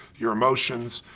your emotions,